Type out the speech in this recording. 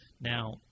Now